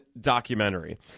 documentary